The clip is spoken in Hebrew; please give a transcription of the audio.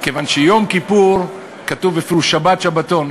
כיוון שעל יום כיפור כתוב בפירוש "שבת שבתון",